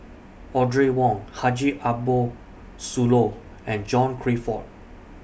Audrey Wong Haji Ambo Sooloh and John Crawfurd